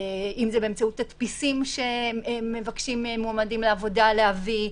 אם זה באמצעות תדפיסים שמבקשים ממועמדים לעבודה להביא,